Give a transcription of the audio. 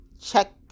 check